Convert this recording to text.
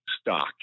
stock